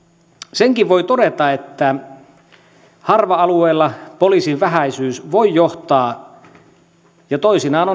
senkin voi todeta että harva alueella poliisin vähäisyys voi johtaa ja toisinaan